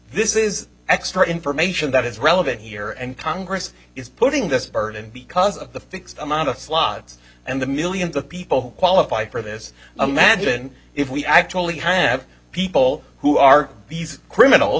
this is extra information that is relevant here and congress is putting this burden because of the fixed amount of slots and the millions of people who qualify for this imagine if we actually have people who are these criminals